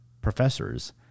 professors